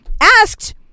asked